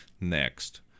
next